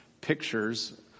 pictures